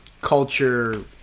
culture